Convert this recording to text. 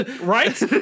Right